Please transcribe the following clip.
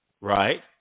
right